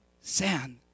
sand